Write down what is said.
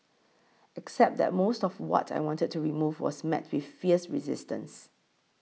except that most of what I wanted to remove was met with fierce resistance